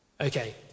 Okay